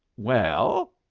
well?